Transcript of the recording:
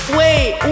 wait